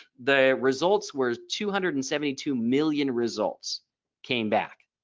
the results were two hundred and seventy-two million results came back.